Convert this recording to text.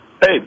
Hey